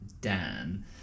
Dan